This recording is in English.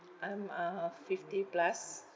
I'm uh fifty plus